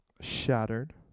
Shattered